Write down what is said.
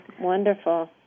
Wonderful